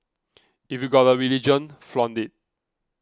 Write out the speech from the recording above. if you've got a religion flaunt it